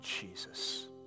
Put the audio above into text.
Jesus